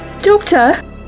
Doctor